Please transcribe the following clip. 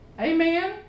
Amen